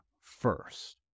first